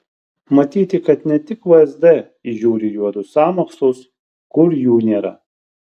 matyti kad ne tik vsd įžiūri juodus sąmokslus kur jų nėra